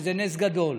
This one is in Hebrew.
שזה נס גדול.